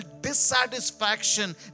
dissatisfaction